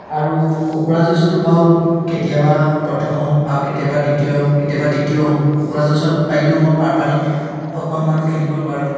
আৰু কুকুৰা যুঁজটো বাৰু কেতিয়াবা প্ৰথম হওঁ আৰু কেতিয়াবা দ্বিতীয় কেতিয়াবা তৃতীয়ও হওঁ কুকুৰা যুঁজত পাৰিলেও মই পাৰপানীত অকণমানো খেলিব নোৱাৰোঁ